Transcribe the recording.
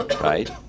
right